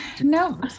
No